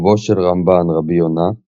קרובו של רמב"ן, רבי יונה,